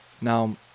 Now